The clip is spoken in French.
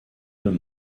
deux